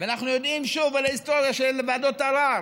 אנחנו יודעים, שוב, על ההיסטוריה של ועדות ערר,